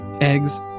Eggs